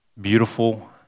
beautiful